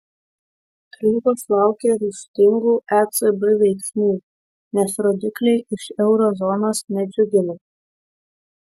rinkos laukia ryžtingų ecb veiksmų nes rodikliai iš euro zonos nedžiugina